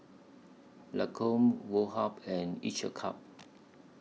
Lancome Woh Hup and Each A Cup